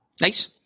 Nice